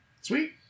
Sweet